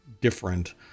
different